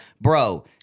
Bro